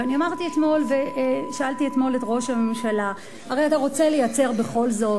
ואני שאלתי אתמול את ראש הממשלה: הרי אתה רוצה לייצר בכל זאת,